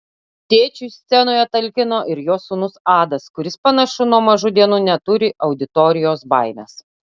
tėčiui scenoje talkino ir jo sūnus adas kuris panašu nuo mažų dienų neturi auditorijos baimės